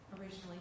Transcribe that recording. originally